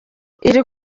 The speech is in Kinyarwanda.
iri